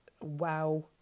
wow